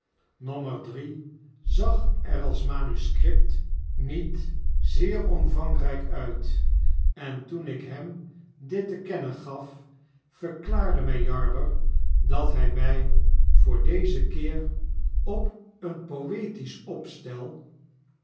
nommer drie zag er als manuscript niet zeer omvangryk uit en toen ik hem dit te kennen gaf verklaarde my jarber dat hy my voor dezen keer op een poetisch opstel